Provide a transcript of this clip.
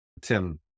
Tim